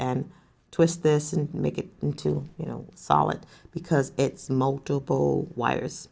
and twist this and make it into you know solid because it's multiple wires